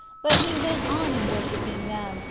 but he went on in worshipping them,